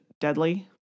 deadly